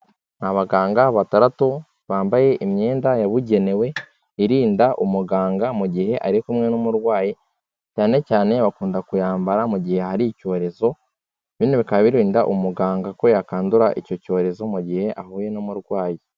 Abaganga batandatu bambaye imyenda yabugenewe irinda umuganga mu gihe ari kumwe n'umurwayi, cyane cyane bakunda kuyambara mu gihe hari icyorezo. Bino bikaba birinda umuganga ko yakandura icyo cyorezo, mu gihe ahuye n'umurwayi.